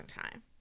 time